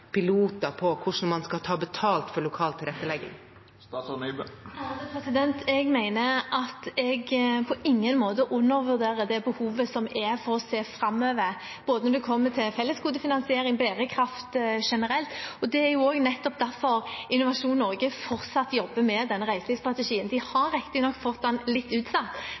hvordan man skal ta betalt for lokal tilrettelegging. Jeg mener at jeg på ingen måte undervurderer det behovet som er for å se framover, når det kommer til både fellesgodefinansiering og bærekraft generelt. Det er derfor Innovasjon Norge fortsatt jobber med den reiselivsstrategien. De har riktignok fått utsatt den litt,